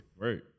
Right